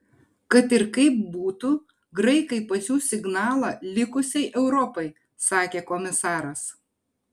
kad ir kaip būtų graikai pasiųs signalą likusiai europai sakė komisaras